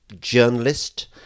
journalist